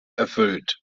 erfüllt